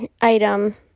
item